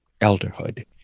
elderhood